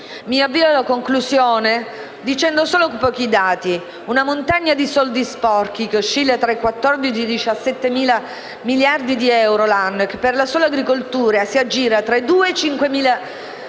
Mi avvio alla conclusione, citando solo pochi dati: una montagna di soldi sporchi, che oscilla tra i 14 e i 17 miliardi di euro l'anno e che, per la sola agricoltura si aggira tra i 2 e i 5 miliardi